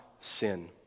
sin